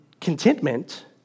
contentment